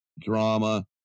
drama